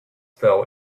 fell